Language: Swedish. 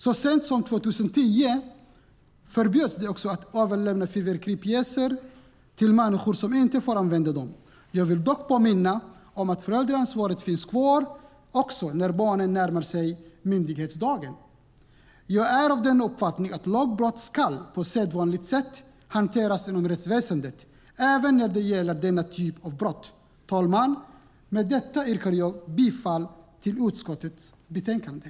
Så sent som 2010 förbjöds också att överlämna fyrverkeripjäser till människor som inte får använda dem. Jag vill dock påminna om att föräldraansvaret finns kvar också när barnen närmar sig myndighetsdagen. Jag är av den uppfattningen att lagbrott ska hanteras på sedvanligt sätt inom rättsväsendet, även när det gäller denna typ av brott. Herr talman! Med detta yrkar jag bifall till utskottets förslag i betänkandet.